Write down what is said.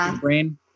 brain